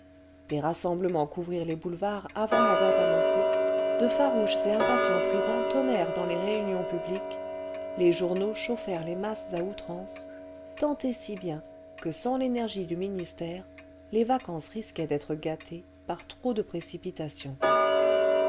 des rassemblements couvrirent les boulevards avant la date annoncée de farouches et impatients tribuns tonnèrent dans les réunions publiques les journaux chauffèrent les masses à outrance tant et si bien que sans l'énergie du ministère les vacances risquaient d'être gâtées par trop de précipitation